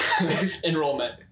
enrollment